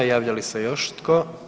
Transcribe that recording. Javlja li se još tko?